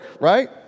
right